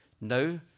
no